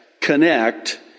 connect